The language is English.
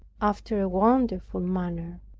after a wonderful manner,